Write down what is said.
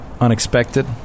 unexpected